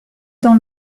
dans